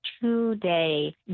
two-day